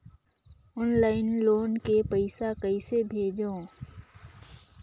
Online loan के पईसा कइसे भेजों?